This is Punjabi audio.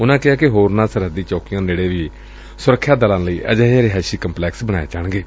ਉਨਾਂ ਕਿਹਾ ਕਿ ਹੋਰਨਾਂ ਸਰਹੱਦੀ ਚੌਕੀਆਂ ਨੇੜੇ ਵੀ ਸੁਰੱਖਿਆ ਦਲਾਂ ਲਈ ਅਜਿਹੇ ਰਿਹਾਇਸ਼ੀ ਕੰਪਲੈਕਸ ਬਣਾਏ ਜਾਣਗੇ